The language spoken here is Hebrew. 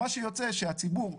מה שיוצא שהציבור,